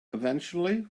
eventually